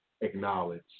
acknowledge